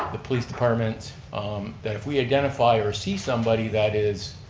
the police department that if we identify or see somebody that is,